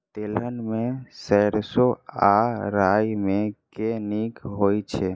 तेलहन मे सैरसो आ राई मे केँ नीक होइ छै?